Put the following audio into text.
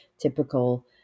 typical